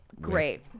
great